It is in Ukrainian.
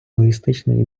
логістичної